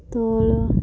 ତଳ